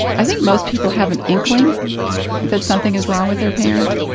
i think most people have an inkling that something is wrong with their parent,